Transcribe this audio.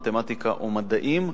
מתמטיקה או מדעים.